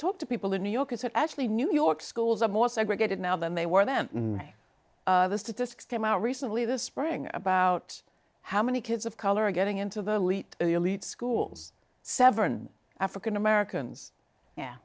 talk to people in new york is it actually new york schools are more segregated now than they were then the statistics came out recently this spring about how many kids of color are getting into the elite elite schools seven african americans